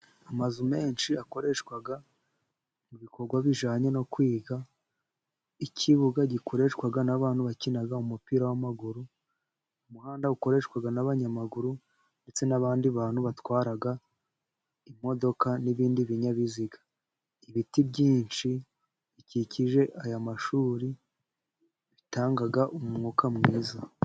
Amazu menshi akoreshwa mu bikorwa bijyanye no kwiga, ikibuga gikoreshwa n'abantu bakina umupira w'amaguru, umuhanda ukoreshwa n'abanyamaguru ndetse n'abandi bantu batwara imodoka, n'ibindi binyabiziga. Ibiti byinshi bikikije aya mashuri, bitanga umwuka mwiza.